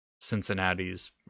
Cincinnati's